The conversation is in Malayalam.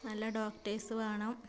നല്ല ഡോക്ടേഴ്സ് വേണം